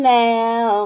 now